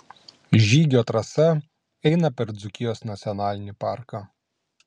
žygio trasa eina per dzūkijos nacionalinį parką